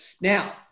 Now